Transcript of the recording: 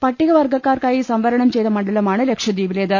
പട്ടിക വർഗ്ഗക്കാർക്കായി സംവരണം ചെയ്ത മണ്ഡല മാണ് ലക്ഷദ്വീപിലേത്